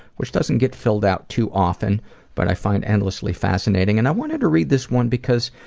which doesn't get filled out too often but i find endlessly fascinating, and i wanted to read this one because